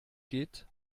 geht